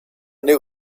new